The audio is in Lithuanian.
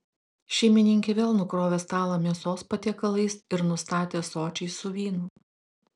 šeimininkė vėl nukrovė stalą mėsos patiekalais ir nustatė ąsočiais su vynu